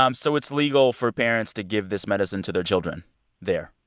um so it's legal for parents to give this medicine to their children there?